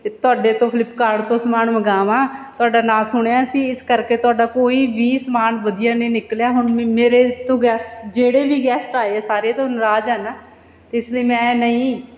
ਤੁਹਾਡੇ ਤੋਂ ਫਲਿੱਪਕਾਰਟ ਤੋਂ ਸਮਾਨ ਮੰਗਾਵਾਂ ਤੁਹਾਡਾ ਨਾਂ ਸੁਣਿਆ ਸੀ ਇਸ ਕਰਕੇ ਤੁਹਾਡਾ ਕੋਈ ਵੀ ਸਮਾਨ ਵਧੀਆ ਨਹੀਂ ਨਿਕਲਿਆ ਹੁਣ ਮੇਰੇ ਤੋਂ ਗੈਸਟ ਜਿਹੜੇ ਵੀ ਗੈਸਟ ਆਏ ਆ ਸਾਰੇ ਤੋ ਨਾਰਾਜ਼ ਆ ਨਾ ਅਤੇ ਇਸ ਲਈ ਮੈਂ ਨਹੀਂ